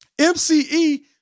MCE